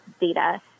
data